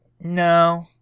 No